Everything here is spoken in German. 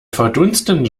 verdunstende